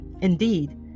Indeed